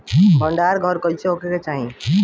भंडार घर कईसे होखे के चाही?